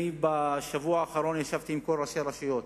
בשבוע האחרון ישבתי עם כל ראשי הרשויות.